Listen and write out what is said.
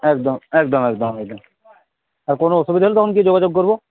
একদম একদম একদম একদম আর কোনও অসুবিধা হলে তখন গিয়ে যোগাযোগ করব